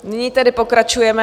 Nyní tedy pokračujeme.